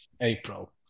April